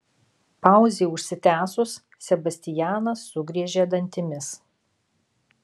pauzei užsitęsus sebastianas sugriežė dantimis